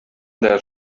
their